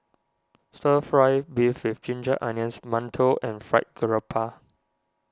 Stir Fry Beef with Ginger Onions Mantou and Fried Garoupa